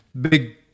big